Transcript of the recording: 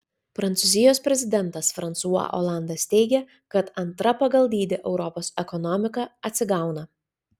prancūzijos prezidentas fransua olandas teigia kad antra pagal dydį europos ekonomika atsigauna